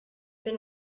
been